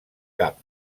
cap